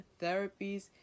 therapies